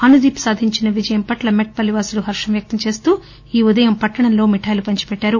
అనుదీప్ సాధించిన విజయం పట్ల మెట్పల్లి వాసులు హర్షం వ్యక్తం చేస్తూ ఈ ఉదయం పట్లణంలో మిఠాయిలు పంచారు